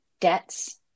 debts